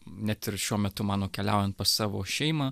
net ir šiuo metu man nukeliaujant pas savo šeimą